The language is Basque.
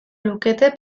lukete